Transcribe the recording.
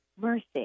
mercy